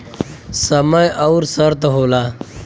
समय अउर शर्त होला